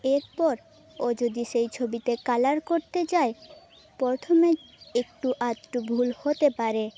এরপর ও যদি সেই ছবিতে কালার করতে চায় প্রথমে একটু আধটু ভুল হতে পারে